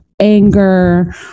anger